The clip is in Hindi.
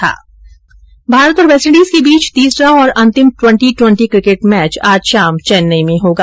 इधर पुरूष किकेट में भारत और वेस्टइंडीज के बीच तीसरा और अंतिम ट्वेंटी ट्वेंटी क्रिकेट मैच आज शाम चेन्नई में होगा